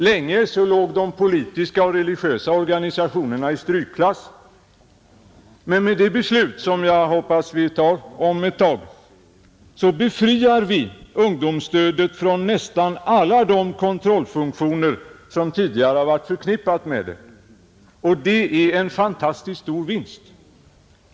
Länge låg de politiska och religiösa organisationerna i strykklass, men med det beslut som jag hoppas vi fattar om ett tag befriar vi ungdomsstödet från nästan alla de kontrollfunktioner som tidigare varit förknippade med det, och detta är en fantastiskt stor vinst.